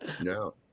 No